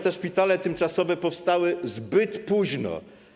Te szpitale tymczasowe powstały zbyt późno.